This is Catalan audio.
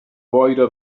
boira